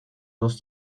dos